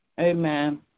amen